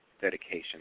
dedication